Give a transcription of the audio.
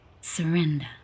Surrender